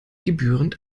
gebührend